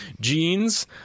jeans